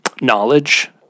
knowledge